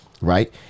right